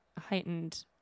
heightened